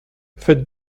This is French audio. faites